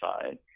side